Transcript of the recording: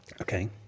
Okay